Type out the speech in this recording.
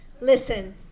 Listen